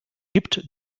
gibt